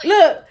Look